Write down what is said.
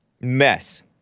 mess